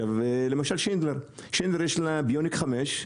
למשל שינדלר יש לה ביוניק 5,